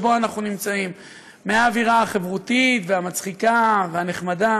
הציבור, אתם מייצגים עמדות בעניין הזה.